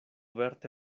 verte